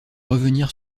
revenir